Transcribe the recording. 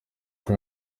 uko